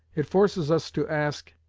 it forces us to ask,